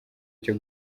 cyo